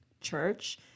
church